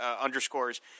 underscores